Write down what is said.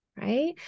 Right